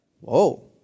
whoa